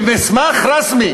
במסמך רשמי